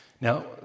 Now